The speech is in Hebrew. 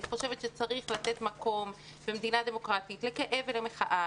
אני חושבת שצריך לתת מקום במדינה דמוקרטית לכאב ולמחאה.